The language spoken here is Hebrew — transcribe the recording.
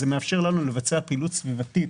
זה מאפשר לנו לבצע פעילות סביבתית